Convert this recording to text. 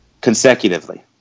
consecutively